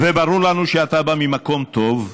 וברור לנו שאתה בא ממקום טוב,